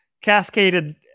cascaded